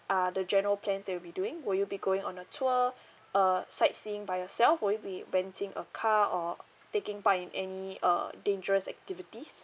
are the general plans that you'll be doing will you be going on a tour uh sightseeing by yourself will you be renting a car or taking part in any uh dangerous activities